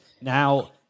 now